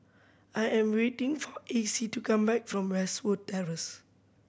I am waiting for Acy to come back from Westwood Terrace